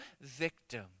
victim